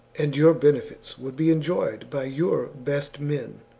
and your benefits would be enjoyed by your best men,